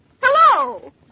Hello